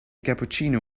cappuccino